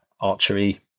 archery